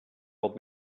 old